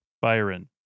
Byron